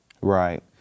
Right